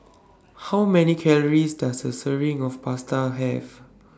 How Many Calories Does A Serving of Chicken Pasta Have